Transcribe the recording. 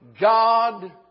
God